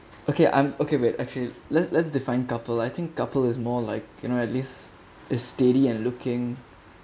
okay I'm okay wait actually let let's define couple I think couple is more like you know at least is steady and looking